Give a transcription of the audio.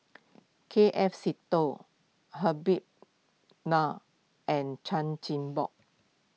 K F Seetoh Habib Noh and Chan Chin Bock